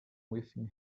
within